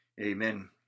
Amen